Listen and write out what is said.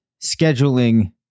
scheduling